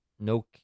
no